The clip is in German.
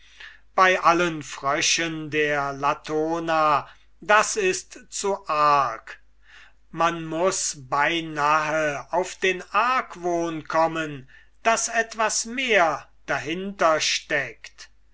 bei allen fröschen der latona dies ist zu arg man muß beinahe auf den argwohn kommen daß etwas mehr dahinter steckt